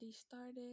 started